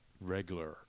regular